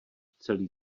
celý